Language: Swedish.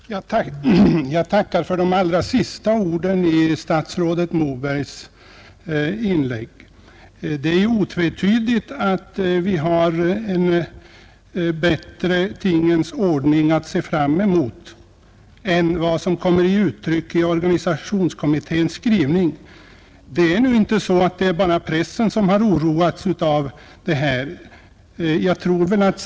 Herr talman! Jag tackar för de allra sista orden i statsrådet Mobergs inlägg. Det är otvetydigt att vi har en bättre tingens ordning att se fram emot än vad som kommit till uttryck genom organisationskommitténs skrivning. Det är emellertid inte så att det bara är pressen som har oroats av denna skrivning.